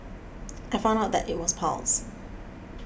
I found out that it was piles